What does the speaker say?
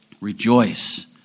rejoice